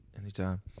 Anytime